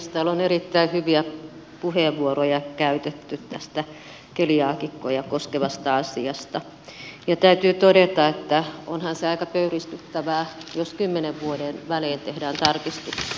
täällä on erittäin hyviä puheenvuoroja käytetty tästä keliaakikkoja koskevasta asiasta ja täytyy todeta että onhan se aika pöyristyttävää jos kymmenen vuoden välein tehdään tarkistuksia